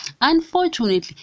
unfortunately